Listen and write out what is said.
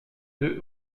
deux